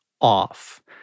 off